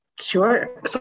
Sure